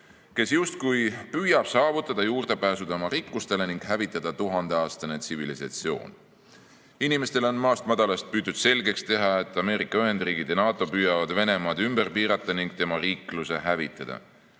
kes justkui püüab saavutada juurdepääsu tema rikkustele ning hävitada tuhandeaastane tsivilisatsioon. Inimestele on maast madalast püütud selgeks teha, et Ameerika Ühendriigid ja NATO püüavad Venemaad ümber piirata ning tema riikluse hävitada.